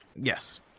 Yes